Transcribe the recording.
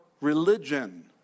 religion